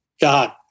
God